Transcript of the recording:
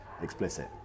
explicit